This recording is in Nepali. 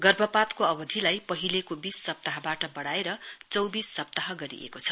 गर्भपात को अवधिलाई पहिलेको बीस सप्ताहबाट वढ़ाएर चौविस सप्ताह गरिएको छ